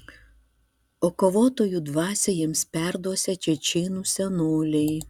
o kovotojų dvasią jiems perduosią čečėnų senoliai